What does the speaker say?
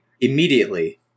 immediately